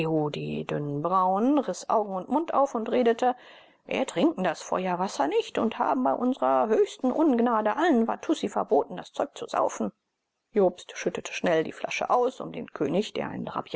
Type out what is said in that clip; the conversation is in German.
die dünnen brauen riß augen und mund auf und redete wir trinken das feuerwasser nicht und haben bei unsrer höchsten ungnade allen watussi verboten das zeug zu saufen jobst schüttete schnell die flasche aus um den könig der ein